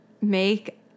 make